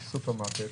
יש סופרמרקט,